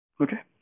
Okay